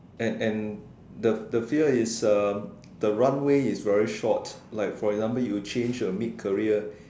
and and the the feel is um the runway is very short like for example you change a mid career